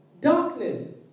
darkness